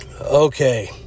Okay